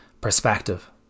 perspective